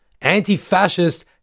anti-fascist